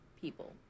people